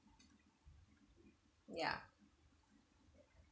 ya